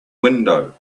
window